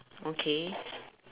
okay